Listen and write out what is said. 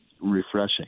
refreshing